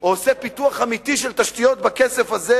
או עושה פיתוח אמיתי של תשתיות בכסף הזה,